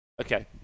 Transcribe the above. Okay